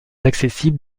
accessible